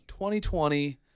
2020